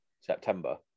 September